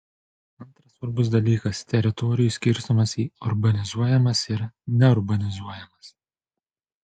antras svarbus dalykas teritorijų skirstymas į urbanizuojamas ir neurbanizuojamas